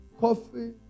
coffee